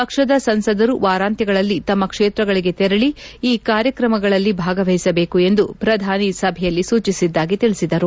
ಪಕ್ಷದ ಸಂಸದರು ವಾರಾಂತ್ಯಗಳಲ್ಲಿ ತಮ್ಮ ಕ್ಷೇತ್ರಗಳಿಗೆ ತೆರಳಿ ಈ ಕಾರ್ಯಕ್ರಮಗಳಲ್ಲಿ ಭಾಗವಹಿಸಬೇಕು ಎಂದು ಪ್ರಧಾನಿ ಸಭೆಯಲ್ಲಿ ಸೂಚಿಸಿದ್ದಾಗಿ ತಿಳಿಸಿದರು